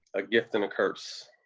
a gift and a curse.